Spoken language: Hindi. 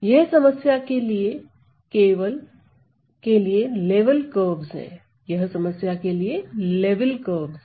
यह समस्या के लिए लेवल कर्वेस है